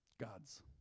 gods